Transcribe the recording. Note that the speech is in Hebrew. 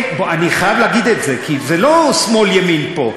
אני חייב להגיד את זה, כי זה לא שמאל ימין פה.